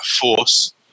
force